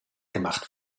gemacht